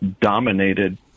dominated